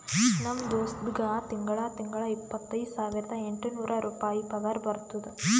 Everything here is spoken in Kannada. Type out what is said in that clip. ನಮ್ ದೋಸ್ತ್ಗಾ ತಿಂಗಳಾ ತಿಂಗಳಾ ಇಪ್ಪತೈದ ಸಾವಿರದ ಎಂಟ ನೂರ್ ರುಪಾಯಿ ಪಗಾರ ಬರ್ತುದ್